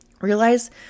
Realize